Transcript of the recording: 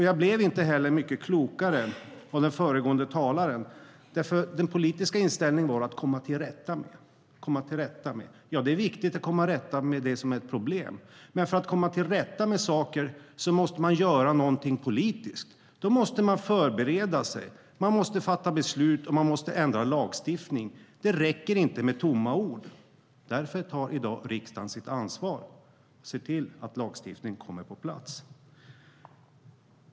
Jag blev inte heller mycket klokare av den föregående talaren. Den politiska inställningen var nämligen att man skulle komma till rätta med saker. Ja, det är viktigt att komma till rätta med det som är problem. Men för att man ska komma till rätta med saker måste man göra någonting politiskt. Man måste förbereda sig. Man måste fatta beslut, och man måste ändra lagstiftning. Det räcker inte med tomma ord. Därför tar i dag riksdagen sitt ansvar och ser till att lagstiftning kommer på plats.